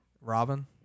Robin